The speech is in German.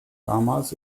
damals